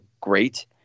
great